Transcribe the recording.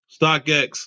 StockX